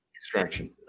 Extraction